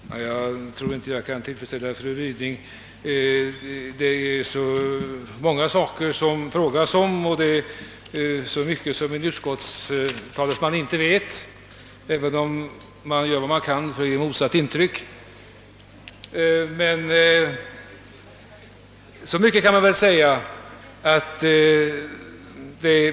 Herr talman! Jag tror inte att jag kan ge fru Ryding ett tillfredsställande svar på de många saker som fru Ryding frågade om. Det är mycket som en utskottets talesman inte vet, även om han gör vad han kan för att försöka ge ett motsatt intryck.